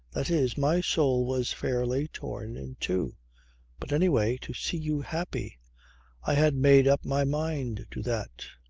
that is, my soul was fairly torn in two but anyway to see you happy i had made up my mind to that.